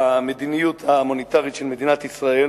המדיניות המוניטרית של מדינת ישראל,